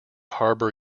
harbor